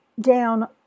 down